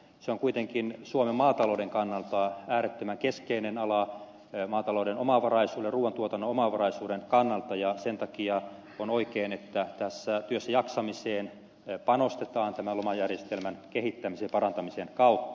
se on kuitenkin suomen maatalouden kannalta äärettömän keskeinen ala maatalouden omavaraisuuden ja ruuantuotannon omavaraisuuden kannalta ja sen takia on oikein että työssäjaksamiseen panostetaan tämän lomajärjestelmän kehittämisen ja parantamisen kautta